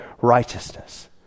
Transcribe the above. righteousness